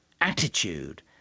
attitude